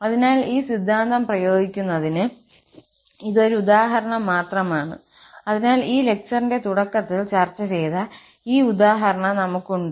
അതിനാൽ ഈ സിദ്ധാന്തം പ്രയോഗിക്കുന്നതിന് ഇത് ഒരു ഉദാഹരണം മാത്രമാണ് അതിനാൽ ഈ ലെക്ചറിന്റെ തുടക്കത്തിൽ ചർച്ച ചെയ്ത ഈ ഉദാഹരണം നമുക്ക് ഉണ്ട്